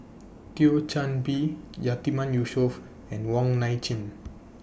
Thio Chan Bee Yatiman Yusof and Wong Nai Chin